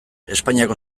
espainiako